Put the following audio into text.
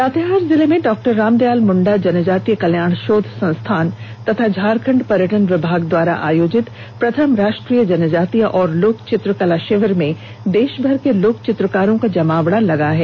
लातेहार जिले में डॉ रामदयाल मुंडा जनजातीय कल्याण शोध संस्थान एवं झारखंड पर्यटन विभाग के द्वारा आयोजित प्रथम राष्ट्रीय जैनजातीय और लोक चित्रकला षिविर में देषभर के लोक चित्रकारों का जमावाड़ा लगा है